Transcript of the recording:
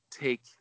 take